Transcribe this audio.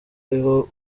ariho